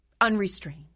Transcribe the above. unrestrained